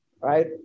right